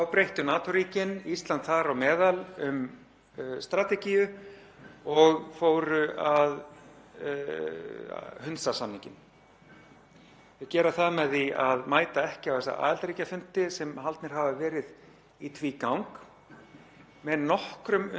Þau gera það með því að mæta ekki á þessa aðildarríkjafundi, sem haldnir hafa verið í tvígang, með nokkrum undantekningum þó. Ég hef nefnt þær nokkrum sinnum hér í sal og langar að gera það aftur vegna þess að mér þykir svo